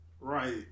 Right